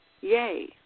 Yay